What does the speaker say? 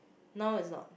now it's not